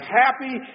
happy